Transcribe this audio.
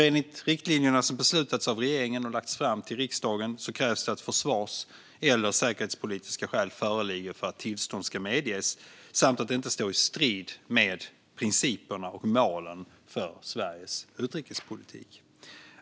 Enligt de riktlinjer som har beslutats av regeringen och lagts fram till riksdagen krävs det att försvars eller säkerhetspolitiska skäl föreligger för att tillstånd ska medges samt att exporten inte står i strid med principerna i och målen för Sveriges utrikespolitik.